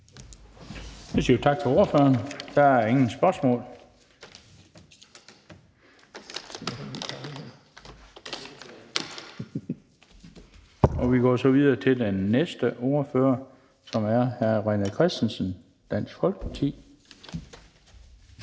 Så siger vi tak til ordføreren. Der er ingen spørgsmål. Vi går så videre til den næste ordfører, som er hr. René Christensen, Dansk Folkeparti.